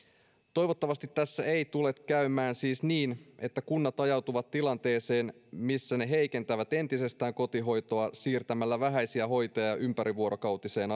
toivottavasti tässä ei tule käymään niin että kunnat ajautuvat tilanteeseen missä ne heikentävät entisestään kotihoitoa siirtämällä vähäisiä hoitajia ympärivuorokautiseen